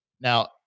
Now